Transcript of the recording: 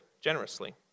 generously